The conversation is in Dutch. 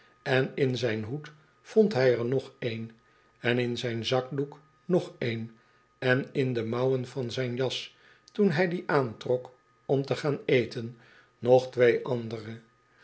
en in zijn hoed vond hij er nog een en in zijn zakdoek nog een en in de mouwen van zijn jas toen hy die aantrok om te gaan eten nog twee andere